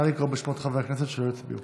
נא לקרוא בשמות חברי הכנסת שלא הצביעו.